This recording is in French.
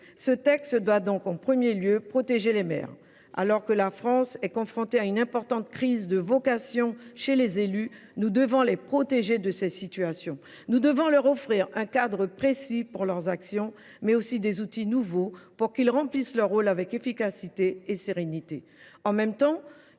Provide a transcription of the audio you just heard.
ce texte doit donc en premier lieu protéger les maires. Alors que la France est confrontée à une importante crise de vocations chez les élus, nous devons les protéger dans ce type de situations. Nous devons leur offrir un cadre précis pour mener leur action, ainsi que des outils nouveaux, pour qu’ils puissent remplir leur rôle avec efficacité et sérénité.